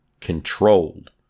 controlled